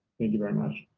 thank you, very much.